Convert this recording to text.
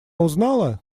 узнала